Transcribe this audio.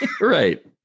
Right